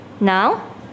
Now